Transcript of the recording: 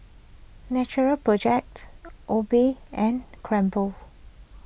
Natural Project Obey and